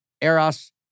Eros